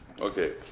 Okay